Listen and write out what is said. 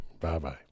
Bye-bye